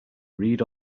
read